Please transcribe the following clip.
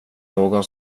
någon